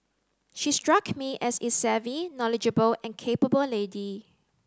she struck me as a savvy knowledgeable and capable lady